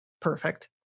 Perfect